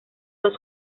los